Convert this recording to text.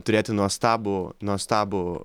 turėti nuostabų nuostabų